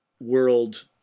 world